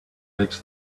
makes